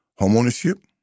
homeownership